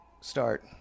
start